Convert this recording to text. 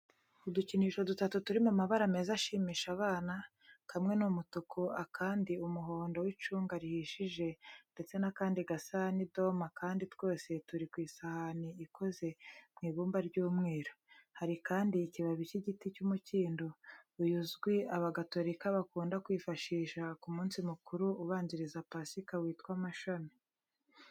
Udukinisho dutatu turi mu mabara meza ashimisha abana, kamwe ni umutuku, akandi umuhondo w'icunga rihishije ndetse n'akandi gasa n'idoma kandi twose turi ku isahani ikoze mu ibumba ry'umweru. Hari kandi ikibabi cy'igiti cy'umukindo, uyu uzwi abagatolika bakunda kwifashisha ku munsi mukuru ubanziriza Pasika witwa mashami.